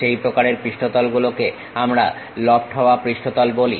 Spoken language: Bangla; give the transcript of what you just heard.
সেই প্রকারের পৃষ্ঠতল গুলোকে আমরা লফট হওয়া পৃষ্ঠতল বলি